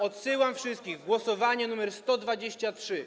Odsyłam wszystkich do głosowania nr 123.